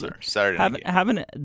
Saturday